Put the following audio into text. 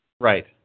Right